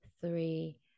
three